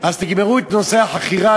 אז תגמרו את נושא החכירה,